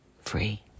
free